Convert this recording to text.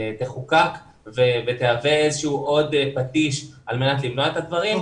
תחוקק ותהווה איזשהו פטיש על מנת למנוע את הדברים.